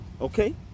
Okay